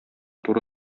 туры